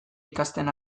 ikasten